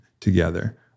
together